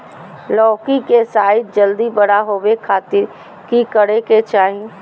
लौकी के साइज जल्दी बड़ा होबे खातिर की करे के चाही?